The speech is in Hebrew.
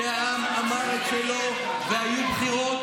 שהעם אמר את שלו והיו בחירות.